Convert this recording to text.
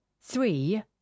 three